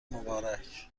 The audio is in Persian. مبارک